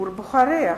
ציבור בוחריה.